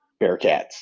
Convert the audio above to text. Bearcats